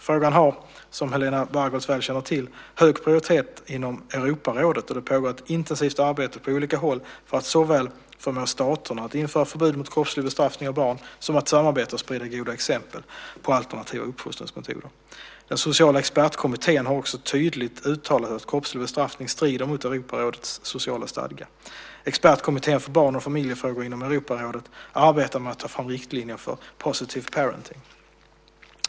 Frågan har, som Helena Bargholtz väl känner till, hög prioritet inom Europarådet, och det pågår ett intensivt arbete på olika håll för att såväl förmå staterna att införa förbud mot kroppslig bestraffning av barn som att samarbeta och sprida goda exempel på alternativa uppfostringsmetoder. Den sociala expertkommittén har tydligt uttalat att kroppslig bestraffning strider mot Europarådets sociala stadga. Expertkommittén för barn och familjefrågor inom Europarådet arbetar med att ta fram riktlinjer för positive parenting .